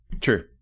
True